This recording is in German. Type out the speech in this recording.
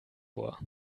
vor